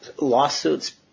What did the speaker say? lawsuits